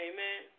Amen